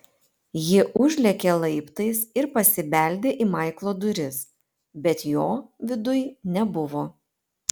ji užlėkė laiptais ir pasibeldė į maiklo duris bet jo viduj nebuvo